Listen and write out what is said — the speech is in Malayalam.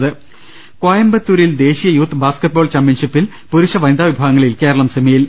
്്്്്്് കോയമ്പത്തൂരിൽ ദേശീയ യൂത്ത് ബാസ്കറ്റ്ബോൾ ചാമ്പ്യൻഷിപ്പിൽ പുരുഷ വനിതാ വിഭാഗങ്ങളിൽ കേരളം സെമിയിൽ